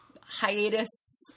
hiatus